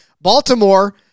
Baltimore